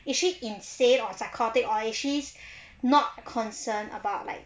is she insane or psychotic or is she not concerned about like